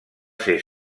ser